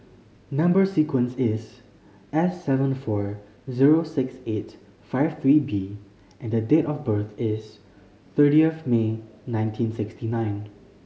number sequence is S seven four zero six eight five three B and date of birth is thirtieth May nineteen sixty nine